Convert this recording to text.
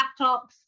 laptops